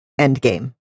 Endgame